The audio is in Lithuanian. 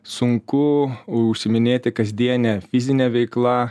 sunku užsiiminėti kasdiene fizine veikla